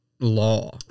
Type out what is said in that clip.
Law